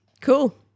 Cool